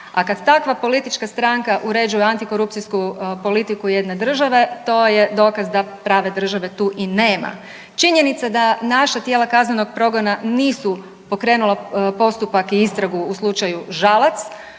A kad takva politička stranka uređuje antikorupcijsku politiku jedne države, to je dokaz da prave države tu i nema. Činjenica da naša tijela kaznenog progona nisu pokrenula postupak i istragu u slučaju Žalac,